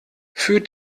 führt